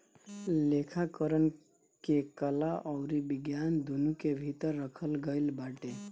लेखाकरण के कला अउरी विज्ञान दूनो के भीतर रखल गईल बाटे